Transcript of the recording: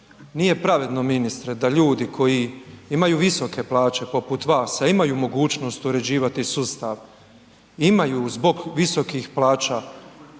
nije pravedno ministre da ljudi koji imaju visoke plaće poput vas, a imaju mogućnost uređivati sustav, imaju zbog visokih plaća